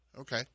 okay